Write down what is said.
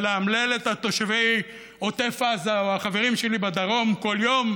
זה לאמלל את תושבי עוטף עזה או את החברים שלי בדרום כל יום,